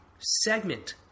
Segment